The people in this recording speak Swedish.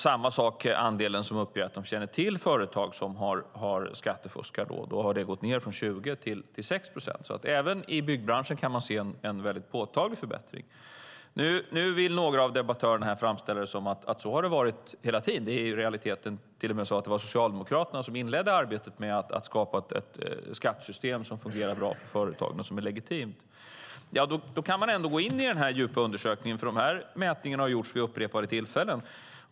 Samma sak gäller andelen som upplever att de känner till företag som skattefuskar: Den har gått ned från 20 till 6 procent. Även i byggbranschen kan man se en påtaglig förbättring. Nu vill några av debattörerna framställa det som att det har varit så hela tiden och att det i realiteten till och med var Socialdemokraterna som inledde arbetet med att skapa ett skattesystem som fungerar bra för företagen och som är legitimt. Då kan man gå in i den djupa undersökning jag har framför mig, för mätningar har gjorts vid upprepade tillfällen.